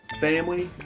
family